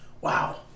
Wow